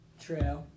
True